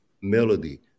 melody